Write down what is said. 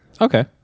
Okay